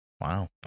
Wow